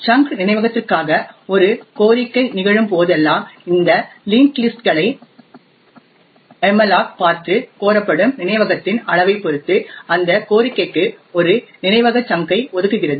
சங்க்ட் நினைவகத்திற்காக ஒரு கோரிக்கை நிகழும் போதெல்லாம் இந்த லிஙஂகஂடஂ லிஸஂடஂகளை malloc பார்த்து கோரப்படும் நினைவகத்தின் அளவைப் பொறுத்து அந்த கோரிக்கைக்கு ஒரு நினைவக சங்க் ஐ ஒதுக்குகிறது